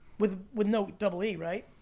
with with no double e, right?